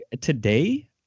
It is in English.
today